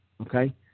okay